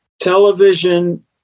television